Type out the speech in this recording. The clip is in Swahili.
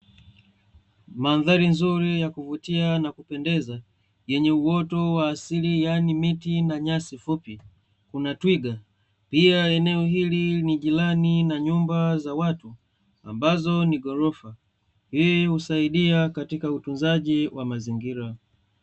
Mandhari nzuri ya kuvutia na kupendeza, yenye uoto wa asili yaani miti na nyasi fupi, kuna twiga. Pia eneo hili ni jirani na nyumba za watu, ambazo ni ghorofa, hii husaidia katika utunzaji wa mazingira.